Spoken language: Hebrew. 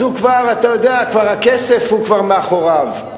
הכסף הוא כבר מאחוריו.